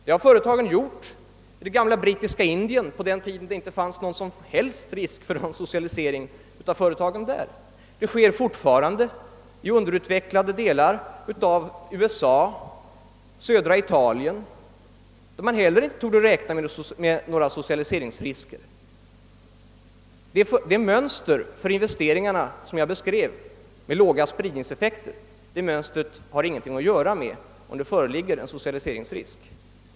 Det gjorde de i det gamla brittiska Indien under en tid då det inte fanns någon som helst risk för socialisering av företagen där, och det inträffar fortfarande i underutvecklade delar av USA och södra Italien, där man inte heller torde räkna med några socialiseringsrisker. Det mönster för investeringarna med låga spridningseffekter som jag beskrev har ingenting att göra med om det föreligger en socialiseringsrisk.